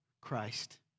Christ